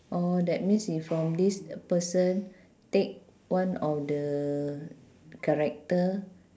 oh that means if from this person take one of the character